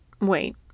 wait